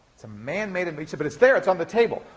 it's a man-made invention. but it's there, it's on the table.